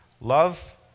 Love